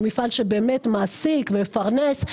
במפעל שבאמת מעסיק ומפרנס.